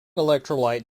electrolyte